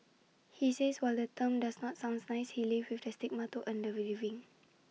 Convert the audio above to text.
he says while the term does not sound nice he lives with the stigma to earn A living